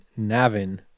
Navin